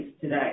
today